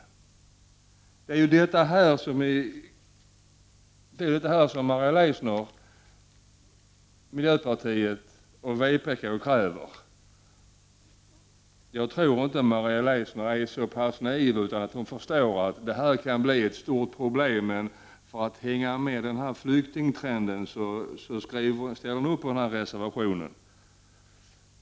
Det är detta som Maria Leissner, miljöpartiet och vpk kräver. Jag tror att Maria Leissner inte är naiv utan att hon förstår att det här kan bli ett stort problem, men för att hänga med i flyktingtrenden går hon med på reservationen.